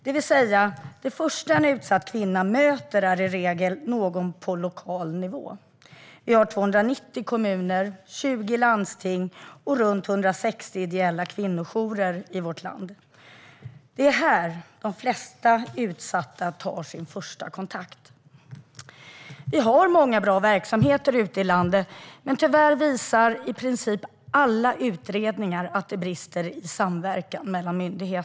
Den första en utsatt kvinna möter är alltså någon på lokal nivå. Vi har 290 kommuner, 20 landsting och runt 160 ideella kvinnojourer i vårt land. Det är här de flesta utsatta tar sin första kontakt. Det finns många bra verksamheter ute i landet, men tyvärr visar i princip alla utredningar att det brister i samverkan mellan myndigheter.